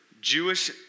Jewish